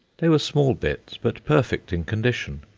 they were small bits, but perfect in condition.